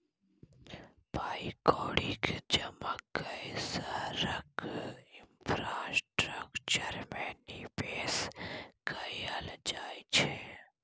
पाइ कौड़ीक जमा कए शहरक इंफ्रास्ट्रक्चर मे निबेश कयल जाइ छै